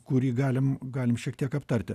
kurį galim galim šiek tiek aptarti